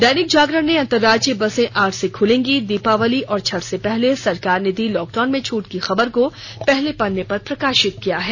दैनिक जागरण ने अंतरराज्यीय बसें आठ से खुलेंगी दीपावली और छठ से पहले सरकार ने दी लॉकडाउन में छूट की खबर को पहले पन्ने पर प्रकाशित किया है